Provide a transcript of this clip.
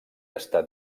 està